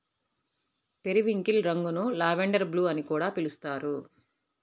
periwinkle రంగును lavender blue అని కూడా పిలుస్తారు